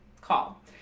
call